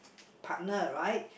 partner right